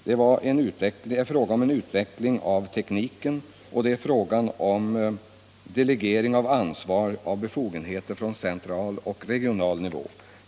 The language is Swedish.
Det är fråga om utveckling av tekniken och om delegering av ansvar och befogenheter från central till regional och lokal nivå.